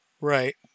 Right